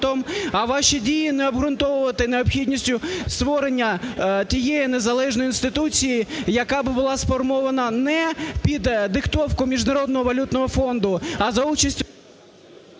А ваші дії не обґрунтовувати необхідністю створення тієї незалежної інституції, яка була б сформована не під диктовку Міжнародного валютного фонду, а за участю…